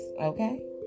okay